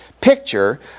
picture